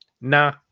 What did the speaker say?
nah